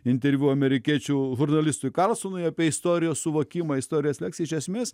interviu amerikiečių žurnalistui karlsonui apie istorijos suvokimą istorijos leks iš esmės